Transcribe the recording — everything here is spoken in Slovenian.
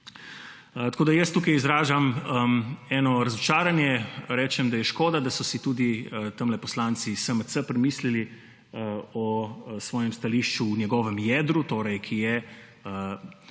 Tako da jaz tukaj izražam eno razočaranje. Rečem, da je škoda, da so si tudi tamle poslanci iz SMC premislili o svojem stališču v njegovem jedru, torej ki je